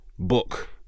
book